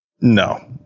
No